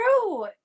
true